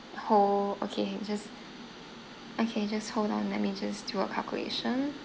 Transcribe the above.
hold okay just okay just hold on let me just do a calculation